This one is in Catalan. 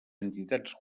entitats